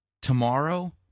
Tomorrow